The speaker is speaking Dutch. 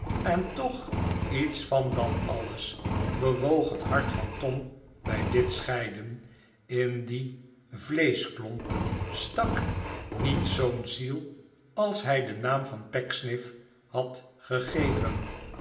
en toch iets van dat alles bewoog het hart van tom bij dit scheiden in dien vleeschklomp stak niet zoo'n ziel als hij den naam van pecksniff had gegeven